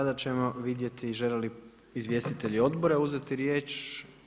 Sada ćemo vidjeti žele li izvjestitelji odbora uzeti riječ?